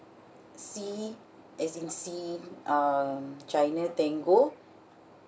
C as in C um china tango